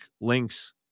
links